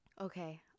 okay